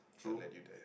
did I let you there